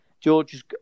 George